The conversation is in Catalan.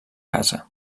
casa